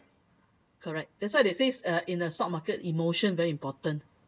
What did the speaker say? correct that's why they say uh in a stock market emotion very important